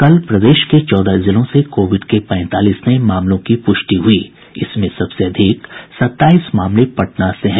कल प्रदेश के चौदह जिलों से कोविड के पैंतालीस नये मामलों की पुष्टि हुई इसमें सबसे अधिक सत्ताईस मामले पटना से हैं